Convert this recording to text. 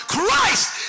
Christ